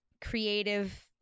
creative